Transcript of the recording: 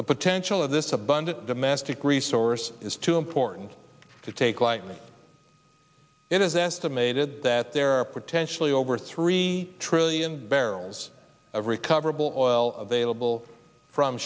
the potential of this abundant domestic resource is too important to take lightly it is estimated that there are potentially over three trillion barrels of recoverable oil